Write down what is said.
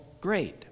great